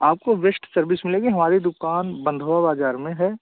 आपको best service मिलेगी हमारी दुकान बंधवा बाज़ार में है